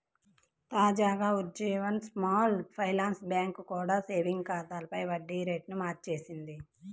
తాజాగా Ujjivan small finance bank కూడా savings ఖాతాలపై వడ్డీ రేట్లను మార్చేసింది